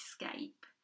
escape